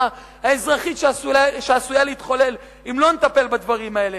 האזרחית שעשויה להתחולל אם לא נטפל בדברים האלה.